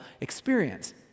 experience